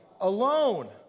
Alone